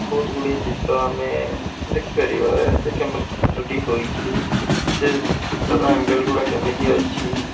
ବହୁତ ଗୁଡ଼ିଏ ଚିତ୍ର ଆମେ ଦେଖିପାରିବା ଯେ କେମିତି ଚିତ୍ରଟି ହୋଇଛି ଯେ ଚିତ୍ରର ଆଙ୍ଗେଲ୍ ଗୁଡ଼ା କେମିତି ଅଛି